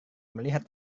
melihat